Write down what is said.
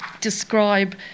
describe